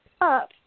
up